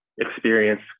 experience